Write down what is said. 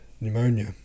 pneumonia